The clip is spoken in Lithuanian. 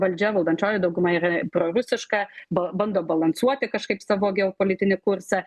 valdžia valdančioji dauguma yra prorusiška ba bando balansuoti kažkaip savo geopolitinį kursą